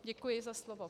Děkuji za slovo.